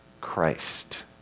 Christ